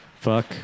Fuck